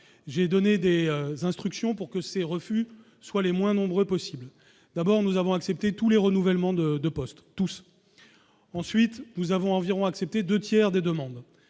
j'ai donné des instructions pour que ces refus soient les moins nombreux possibles : d'abord, nous avons accepté tous les renouvellements de de postes tous, ensuite nous avons environ accepté 2 tiers des demandes,